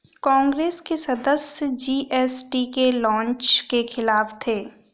कांग्रेस के सदस्य जी.एस.टी के लॉन्च के खिलाफ थे